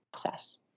process